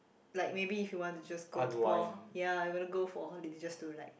like maybe he want just go to for ya he wanna go for holiday just to like